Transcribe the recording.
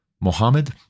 Mohammed